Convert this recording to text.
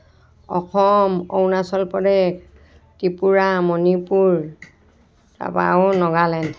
অসম অৰুণাচল প্ৰদেশ ত্ৰিপুৰা মণিপুৰ তাৰপৰা আৰু নাগালেণ্ড